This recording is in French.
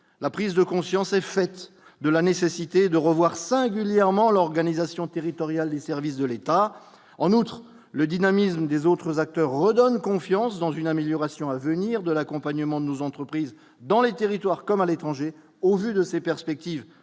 la prise de conscience est faite de la nécessité de revoir singulièrement l'organisation territoriale des services de l'État en outre le dynamisme des autres acteurs redonne confiance dans une amélioration à venir de l'accompagnement de nos entreprises dans les territoires comme à l'étranger, au vu de ses perspectives